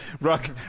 Rock